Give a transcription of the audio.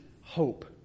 hope